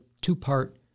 two-part